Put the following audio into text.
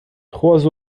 trois